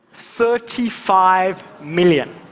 thirty-five million.